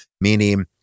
meaning